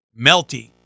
melty